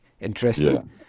Interesting